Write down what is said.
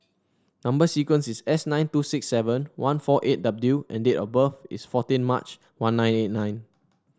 number sequence is S nine two six seven one four eight W and date of birth is fourteen March one nine eight nine